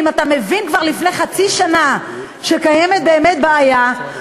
אם אתה מבין כבר חצי שנה שקיימת באמת בעיה,